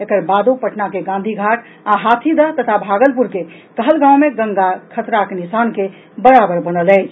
एकर बादो पटना के गांधी घाट आ हाथीदह तथा भागलपुर के कहलगांव मे गंगा खतराक निशान के बराबर बनल अछि